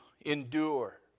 endure